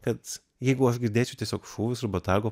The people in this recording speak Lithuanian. kad jeigu aš girdėčiau tiesiog šūvius ir botago